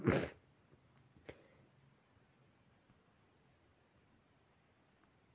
जेतना के जरूरत आहे ओतना पइसा निकाल सकथ अउ सहर में तो जघा जघा ए.टी.एम के मसीन लगिसे